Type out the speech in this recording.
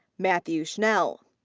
matthew schnell.